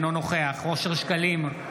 אינו נוכח אושר שקלים,